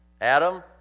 Adam